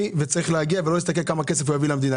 וצריך להגיע ולא להסתכל כמה כסף הוא יביא למדינה.